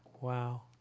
Wow